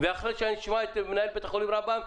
ואחרי שאשמע את מנהל בית החולים רמב"ם,